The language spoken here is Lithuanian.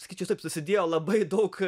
sakyčiau taip susidėjo labai daug